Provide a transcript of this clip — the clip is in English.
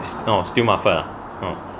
it's now still marfa ha [ho]